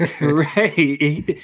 Right